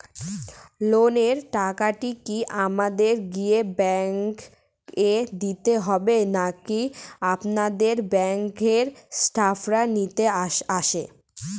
লোনের টাকাটি কি আমাকে গিয়ে ব্যাংক এ দিতে হবে নাকি আপনাদের ব্যাংক এর স্টাফরা নিতে আসে?